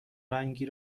رنگی